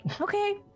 Okay